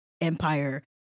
empire